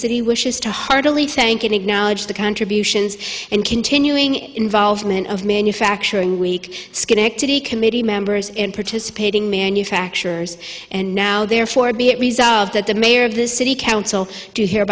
city wishes to heartily thank you nic knowledge the interview sions and continuing involvement of manufacturing week schenectady committee members and participating manufacturers and now therefore be it resolved that the mayor of the city council do here